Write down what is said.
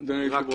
אני מודיע.